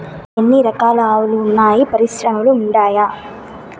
ఎన్ని రకాలు ఆవులు వున్నాయి పరిశ్రమలు ఉండాయా?